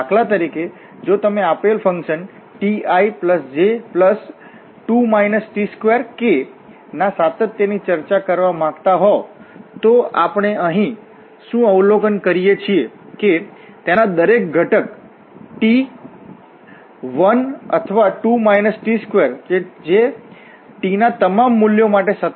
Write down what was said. દાખલા તરીકે જો તમે આપેલફંકશન tij2 t2k ના સાતત્યની ચર્ચા કરવા માંગતા હો તો આપણે અહીં શું અવલોકન કરીએ છીએ કે તેના દરેક ઘટક t1 અથવા 2 t2 તે t ના તમામ મૂલ્યો માટે સતત છે